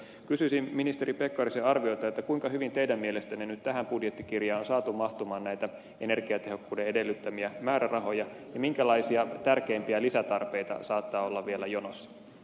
kysyisin ministeri pekkarisen arviota kuinka hyvin teidän mielestänne nyt tähän budjettikirjaan on saatu mahtumaan näitä energiatehokkuuden edellyttämiä määrärahoja ja minkälaisia tärkeimpiä lisätarpeita saattaa olla vielä jonossa